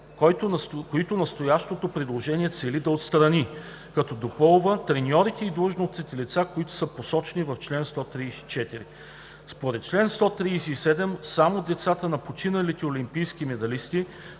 които настоящото предложение цели да отстрани, като допълва треньорите и длъжностните лица, които са посочени в чл. 134. Според чл. 137 само децата на починалите олимпийски медалисти,